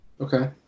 okay